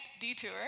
detour